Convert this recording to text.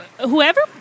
whoever